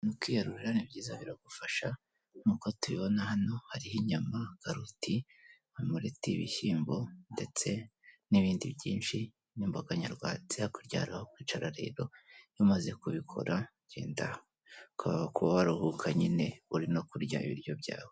Kwiyarurira ni byiza biragufasha, nk'uko tubibona hano hariho inyama, karoti, umuriti, ibishyimbo, ndetse n'ibindi byinshi n'imboga nyarwatsi. Hakurya hari aho kwicara rero iyo umaze kubikora uragenda ukaba waruhuka nyine uri no kurya ibiryo byawe.